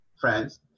friends